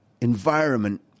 environment